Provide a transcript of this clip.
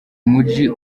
muji